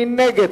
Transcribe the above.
מי נגד?